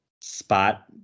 spot